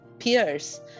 peers